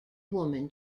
woman